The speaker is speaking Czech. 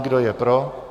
Kdo je pro?